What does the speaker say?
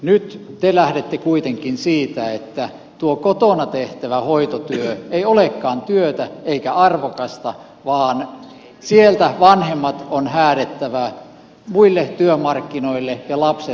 nyt te lähdette kuitenkin siitä että tuo kotona tehtävä hoitotyö ei olekaan työtä eikä arvokasta vaan sieltä vanhemmat on häädettävä muille työmarkkinoille ja lapset päivähoitoon